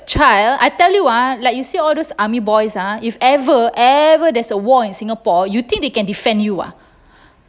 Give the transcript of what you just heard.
child I tell you ah like you see all those army boys ah if ever ever there's a war in singapore you think they can defend you ah